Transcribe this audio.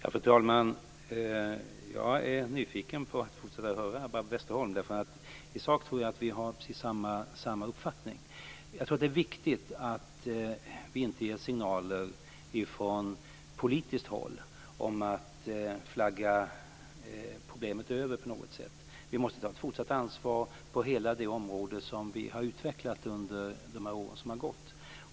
Fru talman! Jag är nyfiken på att fortsätta höra Barbro Westerholm. I sak tror jag att vi har precis samma uppfattning. Jag tror att det är viktigt att vi inte ger signaler från politiskt håll om att flagga "problemet över" på något sätt. Vi måste ta ett fortsatt ansvar på hela det område som vi har utvecklat under de år som har gått.